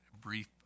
brief